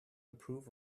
approve